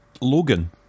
Logan